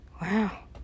Wow